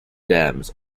dams